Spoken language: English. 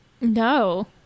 no